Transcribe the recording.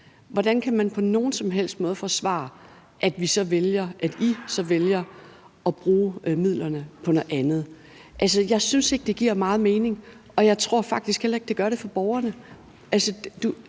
Hvordan kan man på nogen som helst måde forsvare, at vi så vælger, eller at I så vælger at bruge midlerne på noget andet? Altså, jeg synes ikke, det giver meget mening, og jeg tror faktisk heller ikke, at det gør det for borgerne.